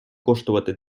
коштувати